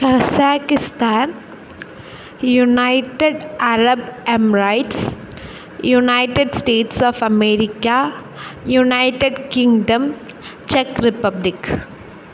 Kazakhstan united arab emirates united states of America united kingdom ചെക്ക് republic